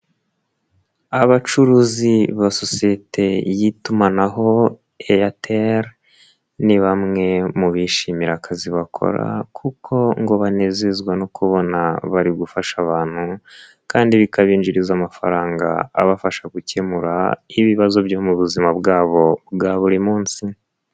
Abacuruzi ba sosiyete y'itumanaho Airtel, ni bamwe mu bishimira akazi bakora kuko ngo banezezwa no kubona bari gufasha abantu, kandi bikabinjiriza amafaranga abafasha gukemura ibibazo byo mu buzima bwabo bwa buri munsi.